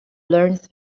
learned